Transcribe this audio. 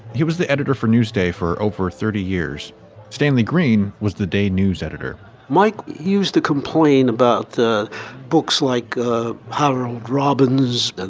he was the editor for newsday for over thirty years stanley greene was the day news editor mike used to complain about books like ah harold robbins,